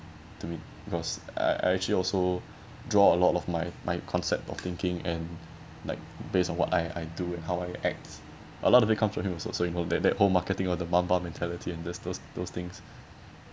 to me because I I actually also draw a lot of my my concept of thinking and like based on what I I do and how I act a lot of it come from him also so in that that whole marketing on the mamba mentality and there's those those things